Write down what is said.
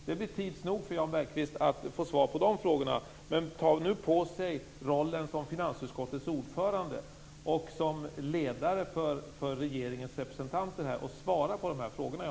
Det blir tids nog tid för Jan Bergqvist att få svar på de frågorna, men nu bör han ta på sig rollen som finansutskottets ordförande och som ledare för regeringens representanter här och svara på de här frågorna.